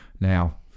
Now